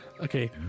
Okay